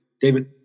David